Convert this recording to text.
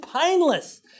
painless